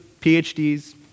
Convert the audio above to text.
PhDs